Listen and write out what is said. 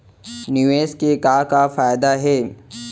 निवेश के का का फयादा हे?